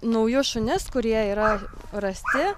naujus šunis kurie yra rasti